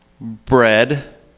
bread